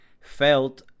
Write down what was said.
felt